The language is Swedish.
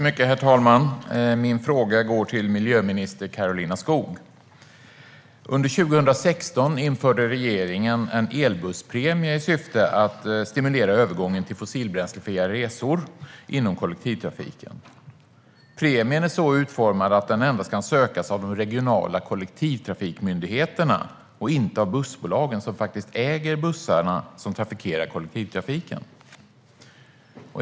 Herr talman! Min fråga går till miljöminister Karolina Skog. Under 2016 införde regeringen en elbusspremie i syfte att stimulera övergången till fossilbränslefria resor inom kollektivtrafiken. Premien är så utformad att den endast kan sökas av de regionala kollektivtrafikmyndigheterna och inte av bussbolagen som faktiskt äger de bussar som trafikerar kollektivtrafiken.